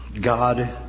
God